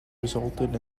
resulted